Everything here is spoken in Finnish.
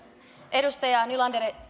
edustaja nylander